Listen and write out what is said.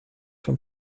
von